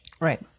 Right